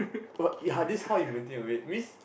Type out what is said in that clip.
oh ya this is how you maintain your weight means